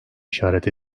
işaret